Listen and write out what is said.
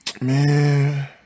Man